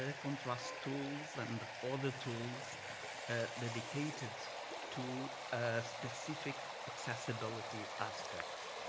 ah contrast tools, and other tools dedicated to a specific accessibility aspect.